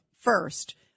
First